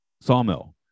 sawmill